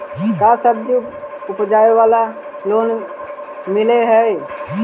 का सब्जी उपजाबेला लोन मिलै हई?